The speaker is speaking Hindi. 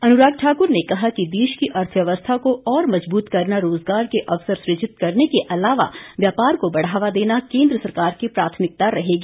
अनुराग ठाकुर ने कहा कि देश की अर्थव्यवस्था को और मजबूत करना रोजगार के अवसर सुजित करने के अलावा व्यापार को बढ़ावा देना केंद्र सरकार की प्राथमिकता रहेगी